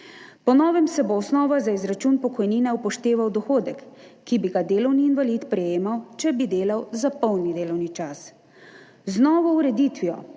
Po novem se bo kot osnova za izračun pokojnine upošteval dohodek, ki bi ga delovni invalid prejemal, če bi delal za polni delovni čas. Z novo ureditvijo